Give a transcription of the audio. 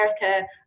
America